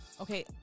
Okay